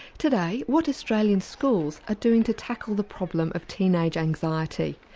today, what australian schools are doing to tackle the problem of teenage anxiety,